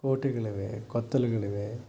ಕೋಟೆಗಳಿವೆ ಕೊತ್ತಲಗಳಿವೆ